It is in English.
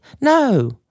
No